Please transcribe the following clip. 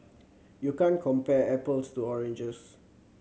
you can't compare apples to oranges